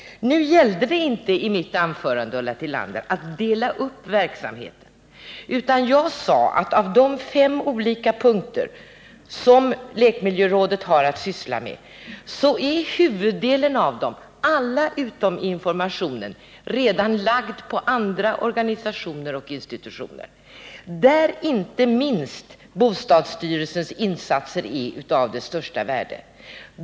Nu gällde det inte i mitt anförande, Ulla Tillander, att dela upp verksamheten, utan jag sade att av de fem olika uppgifter som lekmiljörådet har att syssla med är huvuddelen — allt utom informationen — redan lagt på andra organisationer och institutioner, där inte minst bostadsstyrelsens insatser är av största värde.